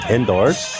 Indoors